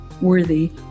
worthy